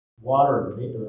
water